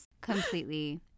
Completely